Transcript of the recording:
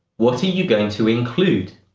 what are you going to include?